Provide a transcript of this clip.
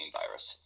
virus